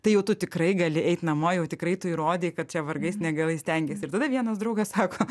tai jau tu tikrai gali eit namo jau tikrai tu įrodei kad čia vargais negalais stengiesi ir tada vienas draugas sako